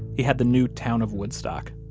he had the new town of woodstock